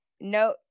no